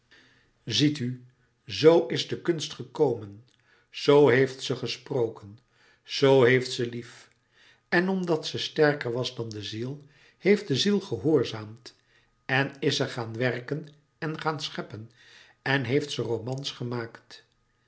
ziet u zoo is de kunst gekomen zoo heeft ze gesproken zoo heeft ze lief en omdat ze sterker was dan de ziel heeft de ziel gehoorzaamd en is ze gaan werken en gaan scheppen en heeft ze romans gemaakt